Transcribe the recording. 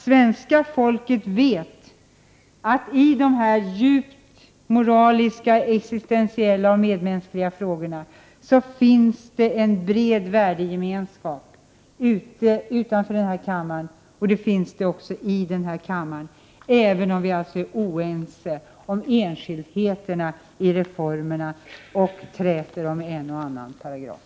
Svenska folket vet att det i dessa djupt moraliska, existentiella och medmänskliga frågor finns en bred värdegemenskap utanför den här kammaren och i den här kammaren, även om vi är oense om enskildheterna i reformerna och träter om en och annan paragraf.